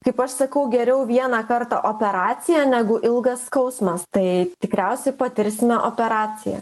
kaip aš sakau geriau vieną kartą operacija negu ilgas skausmas tai tikriausiai patirsime operaciją